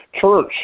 church